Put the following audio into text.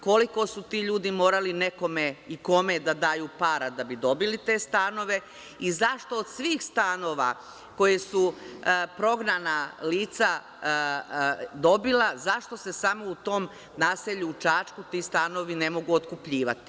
Koliko su ti ljudi morali nekome i kome da daju para da bi dobili te stanove i zašto od svih stanova koje su prognana lica dobila, zašto se samo u tom naselju u Čačku ti stanovi ne mogu otkupljivati.